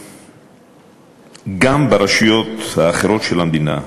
גם ברשויות האחרות של המדינה,